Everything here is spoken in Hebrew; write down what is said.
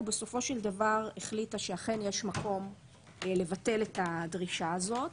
בסופו של דבר החליטה שאכן יש מקום לבטל את הדרישה הזאת